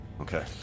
okay